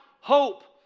hope